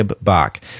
bach